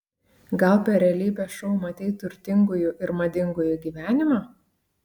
gal per realybės šou matei turtingųjų ir madingųjų gyvenimą